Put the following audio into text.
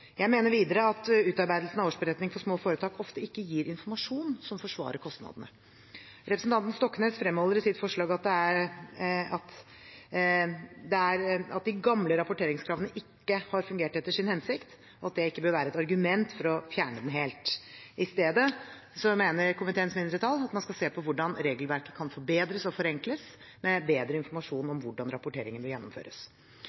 Jeg mener videre at utarbeidelsen av årsberetning for små foretak ofte ikke gir informasjon som forsvarer kostnadene. Representanten Stoknes fremholder i sitt forslag at det at de gamle rapporteringskravene ikke har fungert etter sin hensikt, ikke bør være et argument for å fjerne dem helt. Komiteens mindretall mener at man i stedet skal se på hvordan regelverket kan forbedres og forenkles, med bedre informasjon